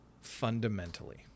fundamentally